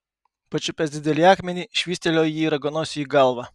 pačiupęs didelį akmenį švystelėjo jį raganosiui į galvą